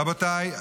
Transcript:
רבותיי,